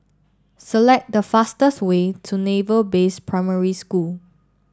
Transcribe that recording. select the fastest way to Naval Base Primary School